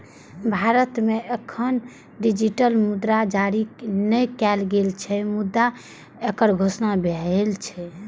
भारत मे एखन डिजिटल मुद्रा जारी नै कैल गेल छै, मुदा एकर घोषणा भेल छै